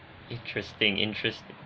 interesting interesting